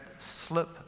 slip